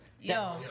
Yo